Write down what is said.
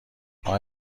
آقای